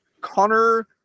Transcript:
Connor